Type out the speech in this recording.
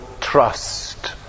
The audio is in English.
trust